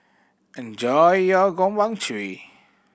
enjoy your